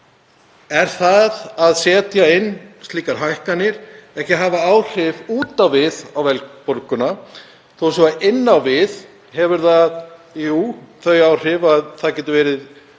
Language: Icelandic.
Er það að setja inn slíkar hækkanir ekki að hafa áhrif út á við á verðbólguna þó svo að inn á við hafi það þau áhrif að erfiðara getur verið